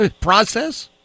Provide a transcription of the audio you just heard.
process